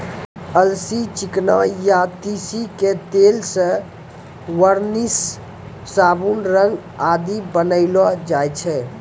अलसी, चिकना या तीसी के तेल सॅ वार्निस, साबुन, रंग आदि बनैलो जाय छै